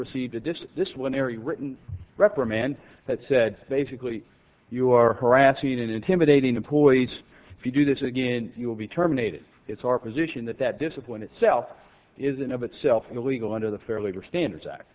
received a disc this one area written reprimand that said basically you are harassing and intimidating employees if you do this again you will be terminated it's our position that that discipline itself isn't of itself illegal under the fair labor standards